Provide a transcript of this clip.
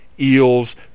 Eels